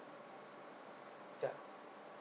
yup